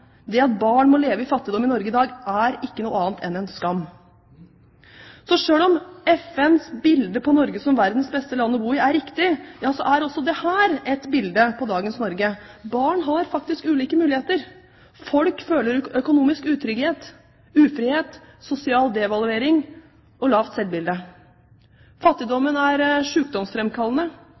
Det at barn må leve i fattigdom i Norge i dag, er ikke noe annet enn en skam. Så selv om FNs bilde på Norge som verdens beste land å bo i er riktig, er også dette et bilde på dagens Norge. Barn har faktisk ulike muligheter. Folk føler økonomisk utrygghet, ufrihet, sosial devaluering og lavt selvbilde. Fattigdommen er